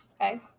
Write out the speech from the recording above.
Okay